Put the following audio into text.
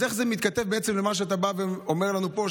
אז איך זה מתכתב עם מה שאתה אומר לנו פה,